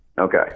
Okay